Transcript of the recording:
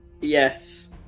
Yes